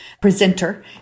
presenter